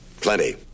Plenty